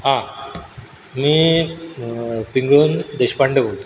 हां मी पिंगळीहून देशपांडे बोलतो